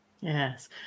Yes